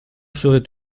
serait